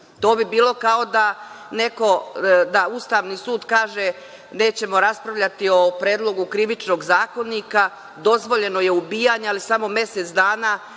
To bi bilo kao da Ustavni sud kaže – nećemo raspravljati o predlogu Krivičnog zakonika, dozvoljeno je ubijanje, ali samo mesec dana